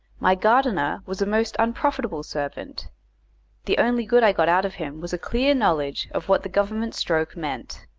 my gardener was a most unprofitable servant the only good i got out of him was a clear knowledge of what the government stroke meant,